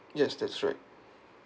yes that's right